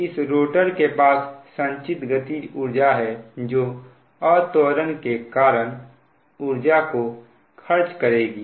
और इस रोटर के पास संचित गतिज ऊर्जा है जो अत्वरण के कारण ऊर्जा को खर्च करेगी